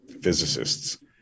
physicists